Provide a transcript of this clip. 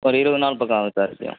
ஒரு இருபது நாள் பக்கம் ஆகும் சார் அதுக்கு